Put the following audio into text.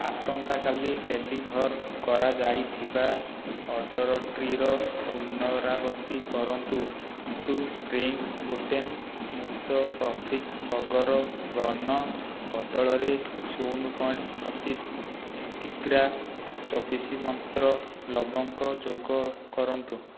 ଆସନ୍ତା କାଲି ଡେଲିଭର୍ କରାଯାଇଥିବା ଅର୍ଡ଼ର୍ଟିର ପୁନରାବୃତ୍ତି କରନ୍ତୁ କିନ୍ତୁ ସ୍ପ୍ରିଙ୍ଗ୍ ଗ୍ଲୁଟେନ୍ ମୁକ୍ତ ଫ୍ଲଫି ବର୍ଗର ବନ ବଦଳରେ ଶୂନ ପଏଣ୍ଟ ପଚିଶ କିଗ୍ରା ଚବିଶ ମନ୍ତ୍ର ଲବଙ୍ଗ ଯୋଗ କରନ୍ତୁ